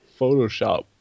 Photoshop